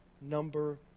number